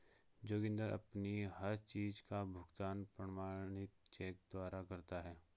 जोगिंदर अपनी हर चीज का भुगतान प्रमाणित चेक द्वारा करता है